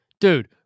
Dude